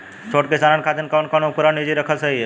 छोट किसानन खातिन कवन कवन उपकरण निजी रखल सही ह?